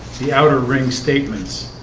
the outer ring statements